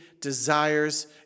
desires